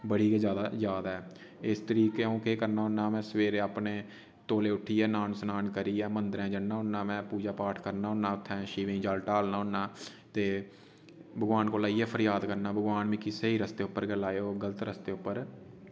बड़ी गै जैदा याद ऐ इस तारीके अ'ऊं केह् करना होन्ना में सवेरै अपने तौले उठियै नान स्नान करियै मंदरे जन्ना होन्ना में पूजा पाठ करना होन्ना उत्थें शिवे जल टालना होन्ना ते भगवान कोला इ'यै फरीयाद करना भगवान मिगी स्हेई रास्ते उप्पर गे लायो गलत रस्ते उप्पर